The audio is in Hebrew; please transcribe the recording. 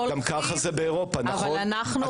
גם ככה זה באירופה, נכון?